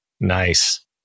Nice